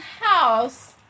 house